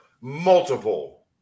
multiple